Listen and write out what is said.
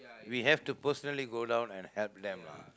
we have to personally go down and help them lah